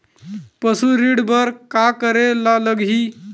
पशु ऋण बर का करे ला लगही?